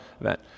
event